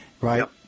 Right